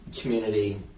community